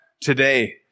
today